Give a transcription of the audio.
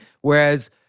Whereas